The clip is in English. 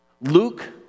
Luke